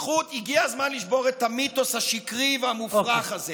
הגיע הזמן לשבור את המיתוס השקרי והמופרך הזה.